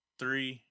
three